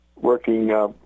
working